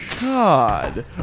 God